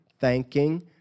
thanking